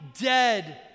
dead